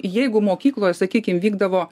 jeigu mokykloj sakykim vykdavo